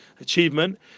achievement